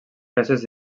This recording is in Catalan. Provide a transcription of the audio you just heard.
classes